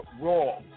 wrong